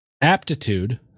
aptitude